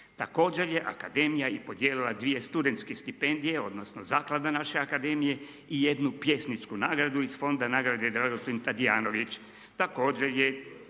Također je akademija i podijelila dvije studentske stipendije, odnosno Zaklada naše akademije i jednu pjesničku nagradu iz Fonda nagrade „Dragutin Tadijanović“. Također je